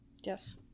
Yes